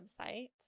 website